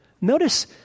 Notice